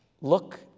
look